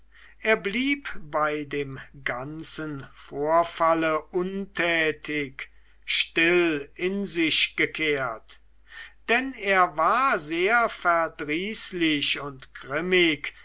er blieb bei dem ganzen vorfall untätig still in sich gekehrt denn er war sehr verdrießlich und grimmig